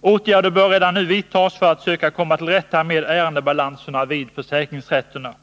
Åtgärder bör redan nu vidtas för att söka komma till rätta med ärendebalansen vid försäkringsrätterna.